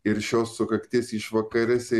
ir šios sukakties išvakarėse